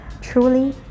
Truly